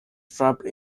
trapped